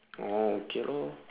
oh okay lor